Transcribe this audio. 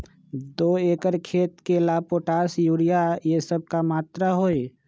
दो एकर खेत के ला पोटाश, यूरिया ये सब का मात्रा होई?